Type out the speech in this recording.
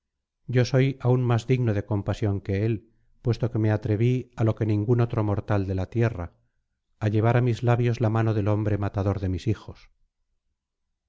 yo soy aún más digno de compasión que él puesto que me atreví á lo que ningún otro mortal de la tierra á llevar á mis labios la mano del hombre matador de mis hijos